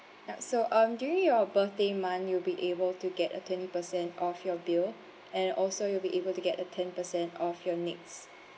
yup so um during your birthday month you'll be able to get a twenty percent off your bill and also you'll be able to get a ten percent off your next